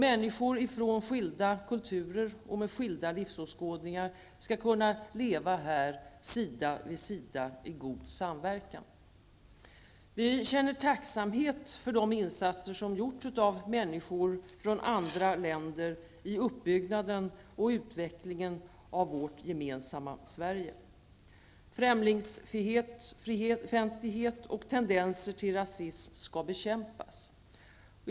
Människor från skilda kulturer och med skilda livsåskådningar skall kunna leva här sida vid sida i god samverkan. Vi känner tacksamhet för de insatser som gjorts av människor från andra länder i uppbyggnaden och utvecklingen av vårt gemensamma Sverige. Främlingsfientlighet och tendenser till rasism skall bekämpas.